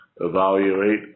evaluate